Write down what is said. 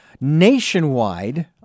nationwide